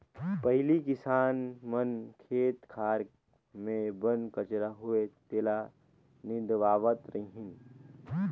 पहिले किसान मन खेत खार मे बन कचरा होवे तेला निंदवावत रिहन